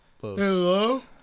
Hello